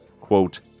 quote